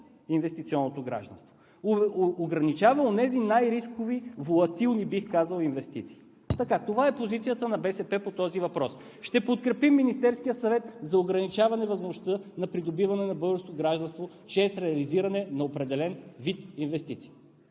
инвестиционното гражданство. Ограничава онези най-рискови волатилни, бих казал, инвестиции. Това е позицията на БСП по този въпрос. Ще подкрепим Министерския съвет за ограничаване възможността на придобиване на българско гражданство чрез реализиране на определен вид инвестиции.